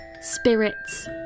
spirits